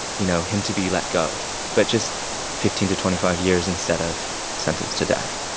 you know, him to be let go but just fifteen to twenty five years instead of sentenced to death